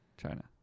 China